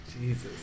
Jesus